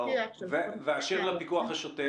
ואשר לפיקוח השוטף?